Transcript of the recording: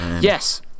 Yes